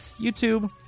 YouTube